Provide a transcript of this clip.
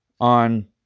on